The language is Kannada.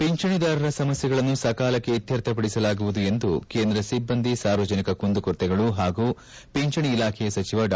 ಪಿಂಚಣಿದಾರರ ಸಮಸ್ಥೆಗಳನ್ನು ಸಕಾಲಕ್ಕೆ ಇತ್ಕರ್ಥಪಡಿಸಲಾಗುವುದು ಎಂದು ಕೇಂದ್ರ ಸಿಬ್ಬಂದಿ ಸಾರ್ವಜನಿಕ ಕುಂದುಕೊರತೆಗಳು ಪಾಗೂ ಪಿಂಚಣೆ ಇಲಾಖೆಯ ಸಚಿವ ಡಾ